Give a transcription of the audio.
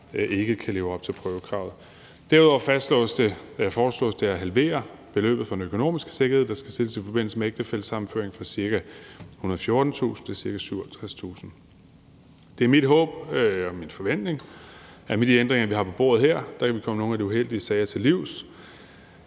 ikke kan leve op til prøvekravet. Derudover foreslås det at halvere beløbet for den økonomiske sikkerhed, der skal stilles i forbindelse med ægtefællesammenføring, fra ca. 114.000 kr. til ca. 57.000 kr. Det er mit håb og min forventning, at med de ændringer, vi har på bordet her, kan vi komme nogle af de uheldige sager til livs.